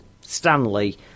Stanley